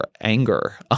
anger